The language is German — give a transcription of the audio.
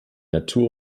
natur